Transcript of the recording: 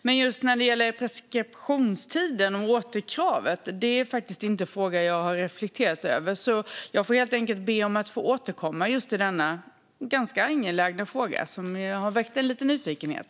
Men just preskriptionstiden för återkrav är faktiskt inte en fråga jag har reflekterat över. Jag får helt enkelt be om att få återkomma i denna ganska angelägna fråga, som har väckt lite nyfikenhet.